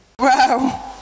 Wow